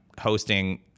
hosting